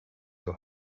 your